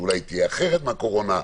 שאולי תהיה אחרת מהקורונה,